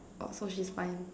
orh so she's fine